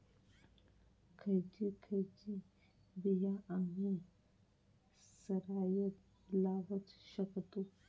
खयची खयची बिया आम्ही सरायत लावक शकतु?